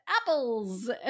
apples